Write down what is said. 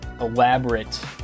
elaborate